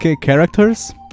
characters